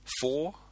Four